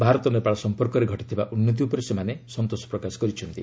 ଭାରତ ନେପାଳ ସମ୍ପର୍କରେ ଘଟିଥିବା ଉନ୍ନତି ଉପରେ ସେମାନେ ସନ୍ତୋଷ ପ୍ରକାଶ କରିଛନ୍ତି